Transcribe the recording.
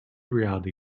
reality